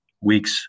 weeks